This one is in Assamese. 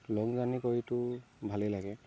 লং জাৰ্ণি কৰিটো ভালেই লাগে